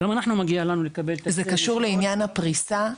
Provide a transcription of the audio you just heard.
גם לנו מגיע לקבל את ההחזר --- זה קשור לעניין הפריסה?